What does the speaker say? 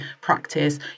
practice